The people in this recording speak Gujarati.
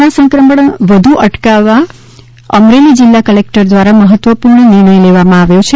કોરોના સંક્રમણ વધતુ અટકાવવા અમરેલી જિલ્લા કલેક્ટર દ્વારા મહત્વપૂર્ણ નિર્ણય લેવામાં આવ્યો છે